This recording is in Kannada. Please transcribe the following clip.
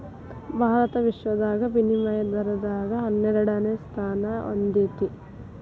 ಭಾರತ ವಿಶ್ವದಾಗ ವಿನಿಮಯ ದರದಾಗ ಹನ್ನೆರಡನೆ ಸ್ಥಾನಾ ಹೊಂದೇತಿ